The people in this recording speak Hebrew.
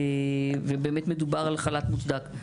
ובאמת מדובר על חל"ת מוצדק.